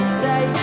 say